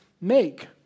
make